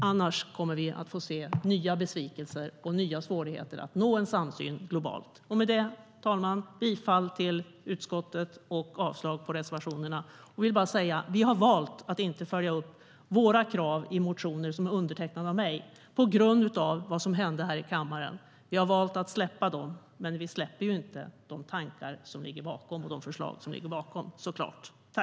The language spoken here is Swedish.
Annars kommer vi att få se nya besvikelser och nya svårigheter att nå en samsyn globalt.